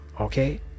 Okay